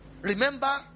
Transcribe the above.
Remember